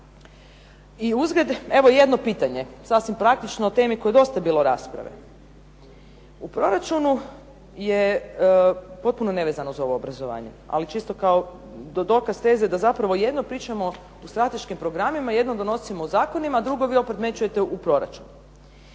I uzgred evo jedno pitanje, sasvim praktično, o temi o kojoj je dosta bilo rasprave. U proračunu je, potpuno nevezano uz ovo obrazovanje, ali čisto kao dokaz teze da zapravo jedno pričamo o strateškim programima, jedno donosimo u zakonima, a drugo opet vi umećete u proračun.